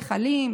היכלים,